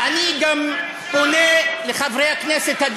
תפנה לש"ס ואגודת התורה.